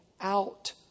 out